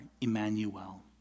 Emmanuel